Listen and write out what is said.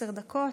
בעד.